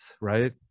right